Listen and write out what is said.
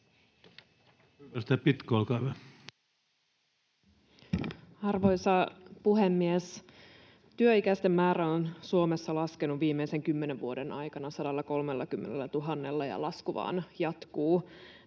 Arvoisa puhemies! Työikäisten määrä on Suomessa laskenut viimeisen kymmenen vuoden aikana 130 000:lla, ja lasku vaan jatkuu.